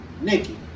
Nikki